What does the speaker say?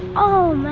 oh,